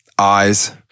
eyes